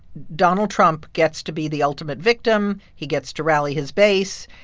donald trump gets to be the ultimate victim. he gets to rally his base,